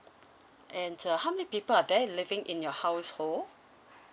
and uh how many people are there living in your household